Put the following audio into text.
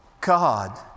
God